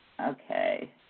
Okay